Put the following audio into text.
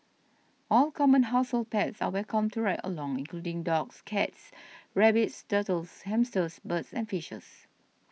all common household pets are welcome to ride along including dogs cats rabbits turtles hamsters birds and fishes